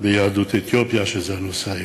ביהדות אתיופיה, שזה הנושא היום.